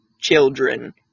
children